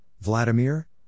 Vladimir